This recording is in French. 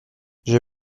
j’ai